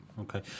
Okay